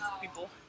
people